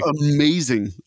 amazing